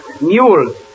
Mule